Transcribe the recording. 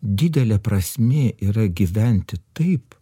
didelė prasmė yra gyventi taip